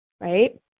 right